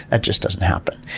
that just doesn't happen.